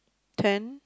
ten